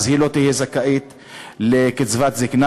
היא לא תהיה זכאית לקצבת זיקנה,